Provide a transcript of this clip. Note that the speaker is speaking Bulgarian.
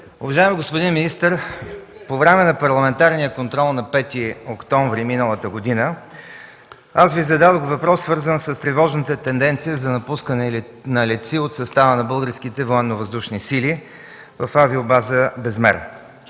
Уважаеми господин министър, по време на Парламентарния контрол на 5 октомври миналата година аз Ви зададох въпрос, свързан с тревожната тенденция за напускане на летци от състава на Българските военновъздушни сили в авиобаза „Безмер”.